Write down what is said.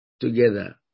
together